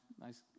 nice